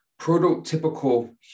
prototypical